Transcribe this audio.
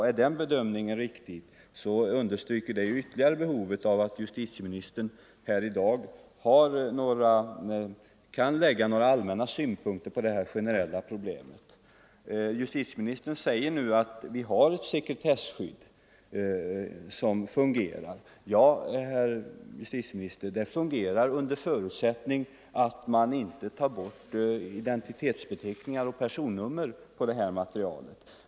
Är den bedömningen riktig, så — gifter understryker det ju ytterligare behovet av att justitieministern här i dag kan anföra några allmänna synpunkter på problemet. Justitieministern säger att vi har ett sekretesskydd som fungerar. Ja, herr justitieminister, det fungerar under förutsättning att man inte tar bort personnummer eller andra identitetsbeteckningar ur materialet.